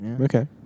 Okay